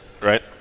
Right